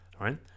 right